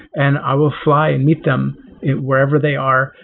and i will fly and meet them wherever they are,